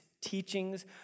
teachings